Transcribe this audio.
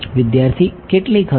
વિદ્યાર્થી કેટલીક હશે